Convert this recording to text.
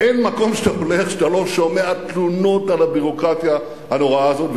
אין מקום שאתה הולך שאתה לא שומע תלונות על הביורוקרטיה הנוראה הזאת.